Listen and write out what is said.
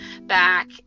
back